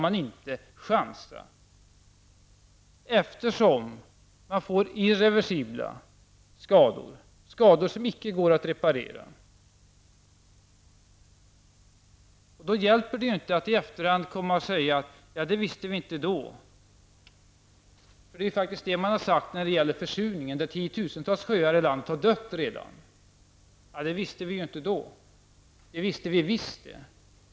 Man kan nämligen få irreversibla skador -- skador som inte går att reparera. Då hjälper det inte att i efterhand komma och säga att man inte då visste om det. Det har man faktiskt sagt när det gäller försurningen. Tiotusentals sjöar i landet har redan dött. Man kan inte säga att vi inte visste det då. Det visste vi visst.